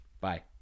Bye